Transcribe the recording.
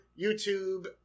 YouTube